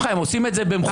הם עושים את זה במכוון.